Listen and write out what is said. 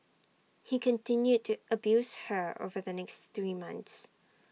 he continued to abuse her over the next three months